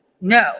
no